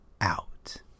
out